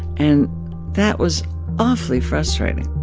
and that was awfully frustrating